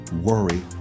worry